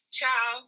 ciao